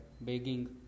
begging